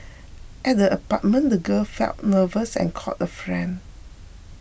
at the apartment the girl felt nervous and called a friend